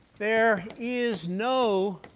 there is no